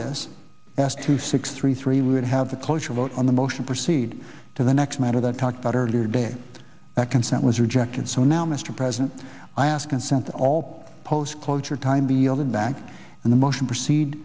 this past two six three three would have the cloture vote on the motion proceed to the next matter that talked about earlier today that consent was rejected so now mr president i ask consent all post cloture time be altered back in the motion proceed